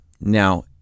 Now